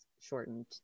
shortened